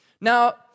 Now